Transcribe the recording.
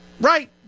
Right